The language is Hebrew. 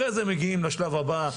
אחרי זה הם מגיעים לשלב הבא,